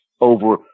over